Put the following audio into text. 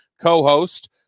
co-host